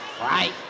Right